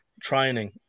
training